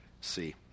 see